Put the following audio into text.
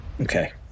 Okay